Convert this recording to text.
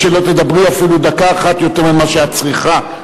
תמיד אמרו: יש חשש לסיכון